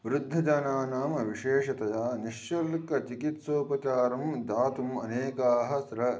वृद्धजनानां विशेषतया निःशुल्कचिकित्सोपचारं दातुम् अनेकाः स्रवन्ति